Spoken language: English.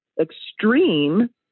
extreme